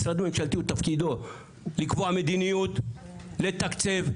משרד ממשלתי תפקידו לקבוע מדיניות, לתקצב,